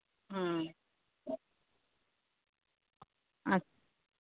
হুম